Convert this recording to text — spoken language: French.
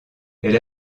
elle